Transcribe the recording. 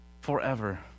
forever